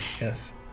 Yes